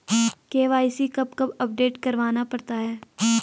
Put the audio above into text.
KYC कब कब update करवाना पड़ता है?